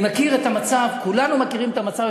אני מכיר את המצב, כולנו מכירים את המצב.